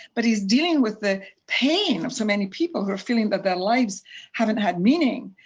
but he's dealing with the pain of so many people who are feeling that their lives haven't had meaning,